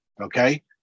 Okay